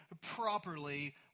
properly